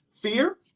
fear